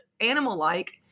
animal-like